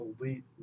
elite